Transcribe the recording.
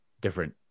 different